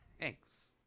Thanks